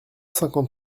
cinquante